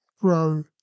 grow